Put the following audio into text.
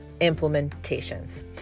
implementations